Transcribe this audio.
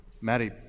Maddie